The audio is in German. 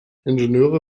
ingenieure